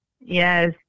yes